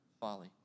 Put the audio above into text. folly